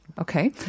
Okay